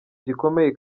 gikomeye